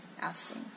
asking